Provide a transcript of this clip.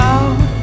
Out